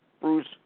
Bruce